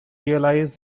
realize